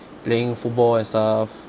playing football and stuff